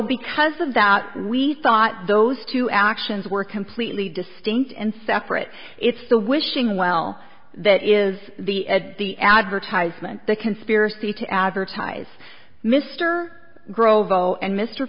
because of that we thought those two actions were completely distinct and separate it's the wishing well that is the ed the advertisement the conspiracy to advertise mr grove all and mr